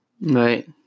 Right